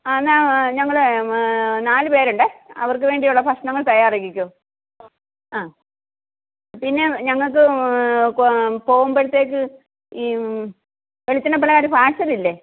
ആ എന്നാൽ ഞങ്ങൾ നാല് പേരുണ്ട് അവർക്ക് വേണ്ടിയുള്ള ഭക്ഷണങ്ങൾ തയ്യാറാക്കിക്കോ ആ പിന്നെ ഞങ്ങൾക്ക് പോകുമ്പോഴത്തേക്ക് ഈ വെളിച്ചെണ്ണ പലഹാരം സ്നാക്സൊക്കെയില്ലേ